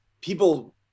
people